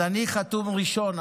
אז אני חתום ראשון,